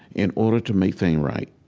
in order to make things right.